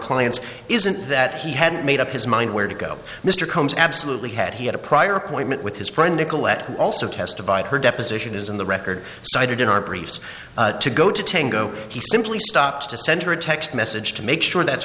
clients isn't that he hadn't made up his mind where to go mr combs absolutely had he had a prior appointment with his friend ical that also testified her deposition is on the record cited in our briefs to go to tango he simply stops to center a text message to make sure that's